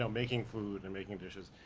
so making food and making dishes.